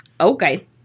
Okay